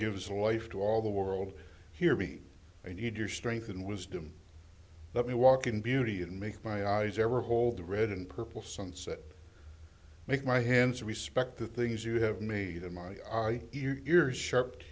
gives life to all the world hear me i need your strength and wisdom let me walk in beauty and make my eyes ever hold the red and purple sunset make my hands respect the things you have made in my you are sharp